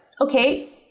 okay